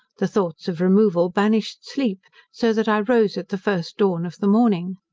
the thoughts of removal banished sleep, so that i rose at the first dawn of the morning.